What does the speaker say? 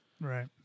Right